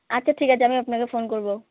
আচ্ছা ঠিক আছে আমি আপনাকে ফোন করবো